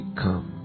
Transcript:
come